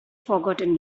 forgotten